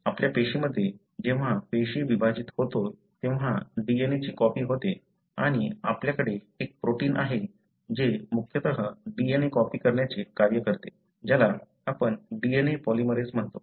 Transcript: आपल्या पेशीमध्ये जेव्हा पेशी विभाजित होतो तेव्हा DNA ची कॉपी होते आणि आपल्याकडे एक प्रोटीन आहे जे मुख्यतः DNA कॉपी करण्याचे कार्य करते ज्याला आपण DNA पॉलिमरेझ म्हणतो